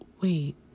wait